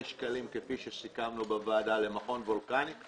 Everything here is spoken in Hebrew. שקלים - כפי שסיכמנו בוועדה למכון וולקני.